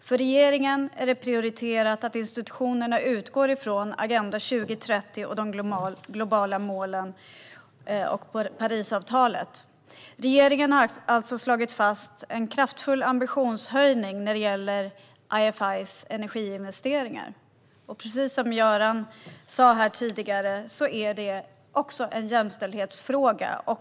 För regeringen är det prioriterat att institutionerna utgår från Agenda 2030, de globala målen och Parisavtalet. Regeringen har alltså slagit fast en kraftfull ambitionshöjning när det gäller IFI:ers energiinvesteringar. Precis som Göran Pettersson sa tidigare är det också en jämställdhetsfråga.